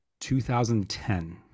2010